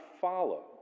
follow